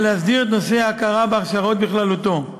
להסדיר את נושא ההכרה בהכשרות בכללותו.